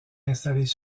installés